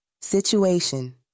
Situation